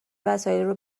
وسایلارو